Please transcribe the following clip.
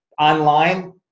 online